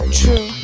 true